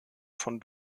von